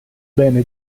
bene